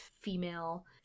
female